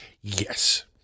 Yes